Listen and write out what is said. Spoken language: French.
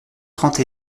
trente